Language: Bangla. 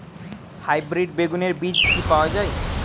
হাইব্রিড বেগুনের বীজ কি পাওয়া য়ায়?